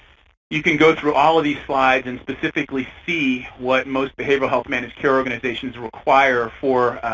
you can go through all of these slides and specifically see what most behavioral health managed care organizations require for